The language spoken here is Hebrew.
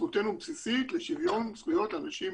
זכותנו הבסיסית לשוויון זכויות לאנשים עם